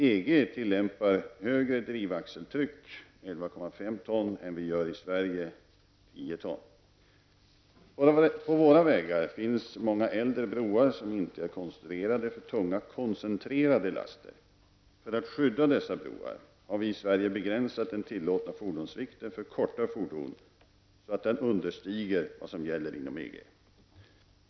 EG tillämpar högre drivaxeltryck än vi gör i På våra vägar finns många äldre broar, som inte är konstruerade för tunga koncentrerade laster. För att skydda dessa broar har vi i Sverige begränsat den tillåtna fordonsvikten för korta fordon så att den understiger vad som gäller inom EG.